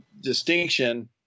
distinction